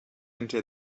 until